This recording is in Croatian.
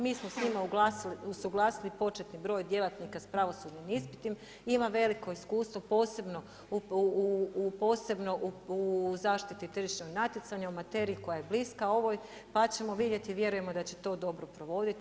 Mi smo s njima usuglasili početni broj djelatnika s pravosudnim ispitnim, ima veliko iskustvo posebno u zaštiti tržišnog natjecanja u materiji koja je bliska ovoj pa ćemo vidjeti i vjerujemo da će to dobro provoditi.